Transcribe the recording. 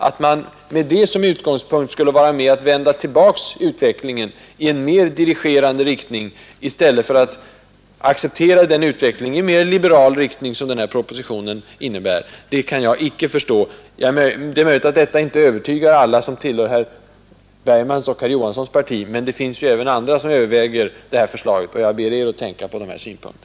Att man med ett sådant underlag skulle vara beredd att vända tillbaka utvecklingen i en mer dirigerande riktning, i stället för att acceptera den utveckling i mer liberal riktning, som propositionens förslag innebär, kan jag inte förstå. Det är möjligt att vad jag har sagt inte övertygar alla som tillhör herr Bergmans och herr Johanssons parti, men det finns även andra som funderar på det här förslaget. Jag ber er att tänka på dessa synpunkter.